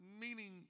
meaning